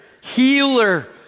healer